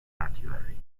artillery